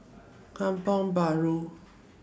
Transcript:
Kampong Bahru